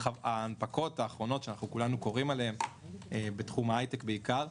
ההנפקות האחרונות שאנחנו כולנו קוראים עליהם בתחום ההיי-טק בעיקר,